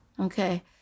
okay